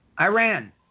Iran